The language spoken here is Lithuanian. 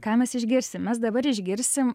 ką mes išgirsim mes dabar išgirsim